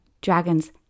dragons